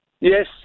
Yes